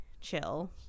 chill